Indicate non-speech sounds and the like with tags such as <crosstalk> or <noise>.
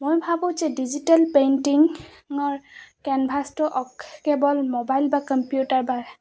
মই ভাবোঁ যে ডিজিটেল পেইণ্টিঙৰ কেনভাছটো কেৱল <unintelligible> মোবাইল বা কম্পিউটাৰ বা